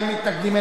אין מתנגדים,